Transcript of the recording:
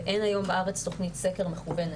ואין היום בארץ תוכנית סקר מכוונת,